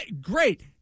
great